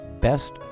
best